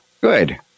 Good